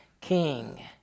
king